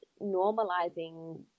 normalizing